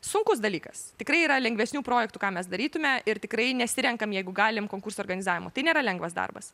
sunkus dalykas tikrai yra lengvesnių projektų ką mes darytumėme ir tikrai nesirenkam jeigu galim konkursų organizavimo tai nėra lengvas darbas